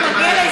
אני יודע.